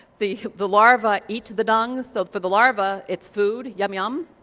the the larvae eat the dung, so for the larvae it's food yum yum,